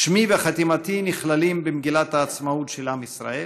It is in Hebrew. שמי וחתימתי נכללים במגילת העצמאות של עם ישראל,